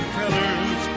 colors